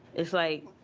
it's like,